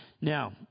now